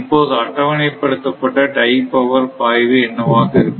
இப்போது அட்டவணைப்படுத்தப்பட்ட tie power பாய்வு என்னவாக இருக்கும்